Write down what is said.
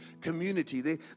community